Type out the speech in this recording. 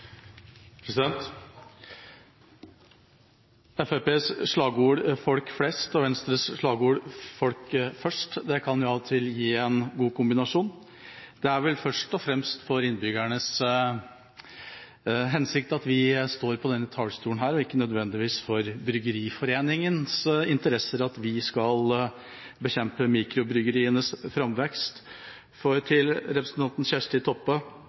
slagord «Folk flest» og Venstres slagord «Folk først» kan av og til gi en god kombinasjon. Det er vel først og fremst av hensyn til innbyggerne at vi står på denne talerstolen, og ikke nødvendigvis av hensyn til Bryggeriforeningens interesser at vi skal bekjempe mikrobryggerienes framvekst. Til representanten Kjersti Toppe: